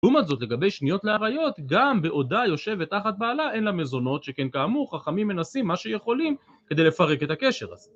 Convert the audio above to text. לעומת זאת, לגבי שניות לעריות, גם בעודה יושבת תחת בעלה אין לה מזונות שכן כאמור חכמים מנסים מה שיכולים כדי לפרק את הקשר הזה